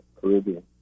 caribbean